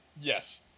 Yes